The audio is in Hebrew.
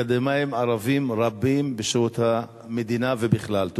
אקדמאים ערבים רבים בשירות המדינה ובכלל.